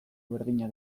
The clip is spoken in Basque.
berdina